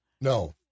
No